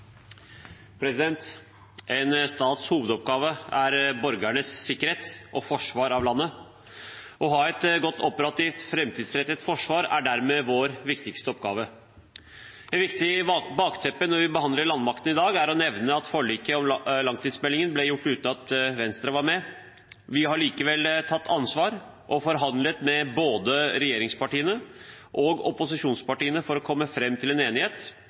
forsvar av landet. Å ha et godt, operativt, framtidsrettet forsvar er dermed vår viktigste oppgave. Det viktige bakteppet når vi behandler landmakten i dag, er å nevne at forliket om langtidsmeldingen ble gjort uten at Venstre var med. Vi har likevel tatt ansvar og forhandlet med både regjeringspartiene og opposisjonspartiene for å komme fram til en enighet